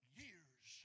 years